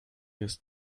jest